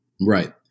Right